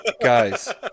Guys